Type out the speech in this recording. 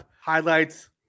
highlights